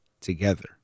together